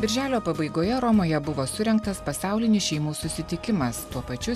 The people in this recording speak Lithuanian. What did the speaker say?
birželio pabaigoje romoje buvo surengtas pasaulinis šeimų susitikimas tuo pačiu